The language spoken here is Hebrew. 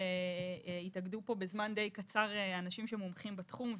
התאגדו בזמן די קצר אנשים מומחים בתחום והעבירו,